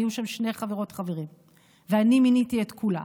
היו שם שני חברות וחברים, ואני מיניתי את כולה